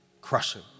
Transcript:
crushing